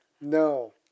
No